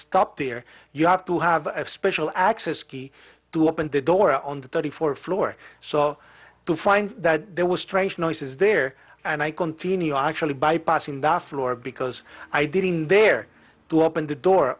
stopped there you have to have a special access ski to open the door on the thirty four floor so to find that there was strange noises there and i continue actually bypassing that floor because i didn't dare to open the door